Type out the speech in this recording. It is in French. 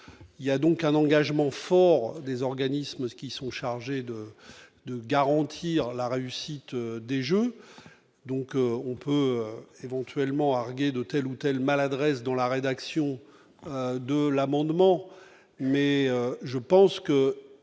il y a donc un engagement fort des organismes qui sont chargés de de garantir la réussite des Jeux, donc on peut éventuellement arguer de telle ou telle maladresse dans la rédaction de l'amendement, mais je pense que